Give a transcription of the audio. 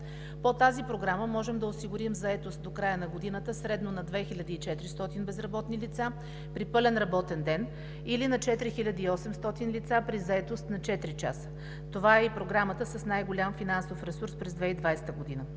По тази програма можем да осигурим заетост до края на годината средно на 2400 безработни лица при пълен работен ден или на 4800 лица при заетост на четири часа. Това е и програмата с най-голям финансов ресурс през 2020 г.